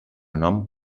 nom